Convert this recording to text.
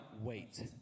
wait